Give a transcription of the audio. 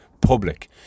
public